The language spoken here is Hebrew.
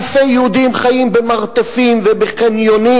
אלפי יהודים חיים במרתפים ובחניונים.